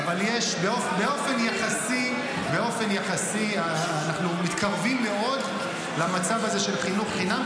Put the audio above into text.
--- באופן יחסי אנחנו מתקרבים מאוד למצב הזה של חינוך חינם,